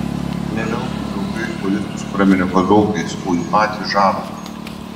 ne veltui draugai choristus praminė kazokais o jį patį žarovu